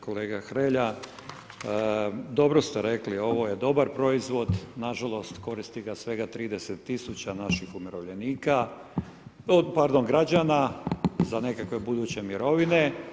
Kolega Hrelja, dobro ste rekli ovo je dobar proizvod, nažalost koristi ga sveg 30 tisuća naših umirovljenika, pardon građana za nekakve buduće mirovine.